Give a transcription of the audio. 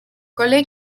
cole